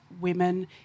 women